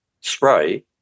spray